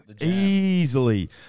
Easily